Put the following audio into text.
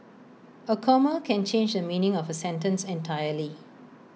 A comma can change the meaning of A sentence entirely